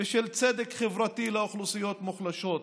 ושל צדק חברתי לאוכלוסיות מוחלשות?